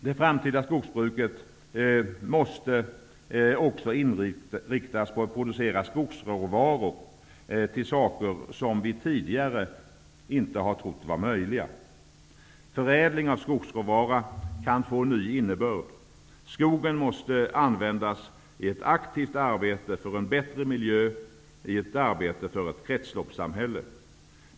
Det framtida skogsbruket måste också inriktas på att producera skogsråvaror till saker som vi tidigare inte har trott vara möjliga. Förädling av skogsråvara kan få en ny innebörd. Skogen måste användas i ett aktivt arbete för en bättre miljö, i arbetet för ett kretsloppssamhälle.